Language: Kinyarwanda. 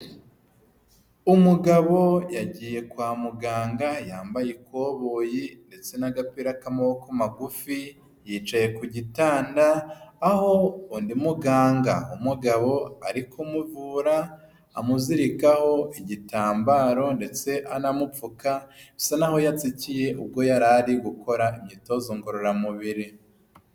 Umugabo yagiye kwa muganga, yambaye ikoboyi, ndetse n'agapira k'amaboko magufi, yicaye ku gitanda, aho undi muganga w'umugabo ari kumuvura, amuzirikaho igitambaro, ndetse anamupfuka, bisa naho yatsikiye ubwo yari ari gukora imyitozo ngororamubiri.